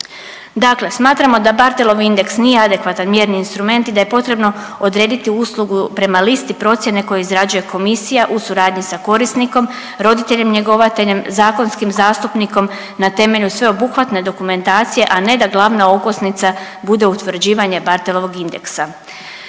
Dakle, smatramo da Bartolov indeks nije adekvatni mjerni instrument i da je potrebno odrediti uslugu prema listi procjene koju izrađuje Komisija u suradnji sa korisnikom, roditeljem njegovateljem, zakonskim zastupnikom na temelju sveobuhvatne dokumentacije, a ne da glavna okosnica bude utvrđivanje Bartolovog indeksa.